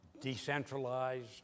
decentralized